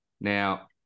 Now